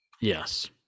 Yes